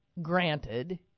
Granted